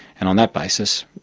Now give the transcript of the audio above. and on that basis,